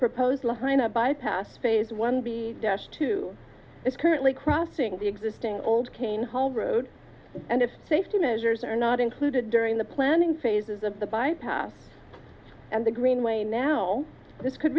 proposed law hina bypass phase one b dash two is currently crossing the existing old cane hall road and if safety measures are not included during the planning phases of the bypass and the greenway now this could